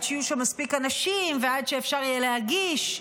שיהיו שם מספיק אנשים ועד שאפשר יהיה להגיש.